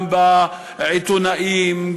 גם בעיתונאים,